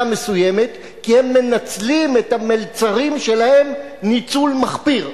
מסוימת כי הם מנצלים את המלצרים שלהם ניצול מחפיר,